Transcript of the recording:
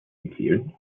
empfehlen